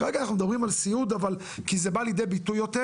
כרגע אנחנו מדברים על סיעוד כי זה בא לידי ביטוי יותר